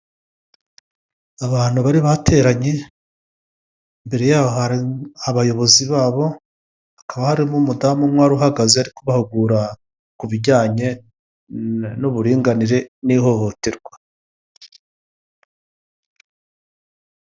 Abantu bari bateranye, imbere yaho hari abayobozi babo, hakaba harimo umudamu umwe wari uhagaze ari kubahugura ku bijyanye n'uburinganire n'ihohoterwa.